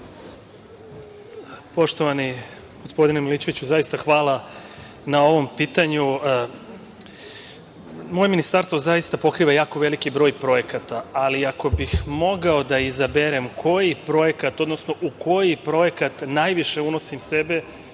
Poštovani gospodine Milićeviću, zaista hvala na ovom pitanju. Moje ministarstvo zaista pokriva jako veliki broj projekata, ali ako bih mogao da izaberem koji projekat, odnosno u